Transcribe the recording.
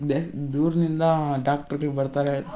ದೂರದಿಂದ ಡಾಕ್ಟ್ರುಗಳು ಬರ್ತಾರೆ